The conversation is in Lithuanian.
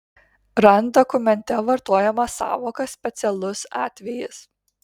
rand dokumente vartojama sąvoka specialus atvejis